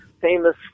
famous